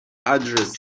address